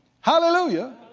Hallelujah